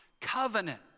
covenant